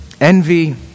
Envy